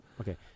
Okay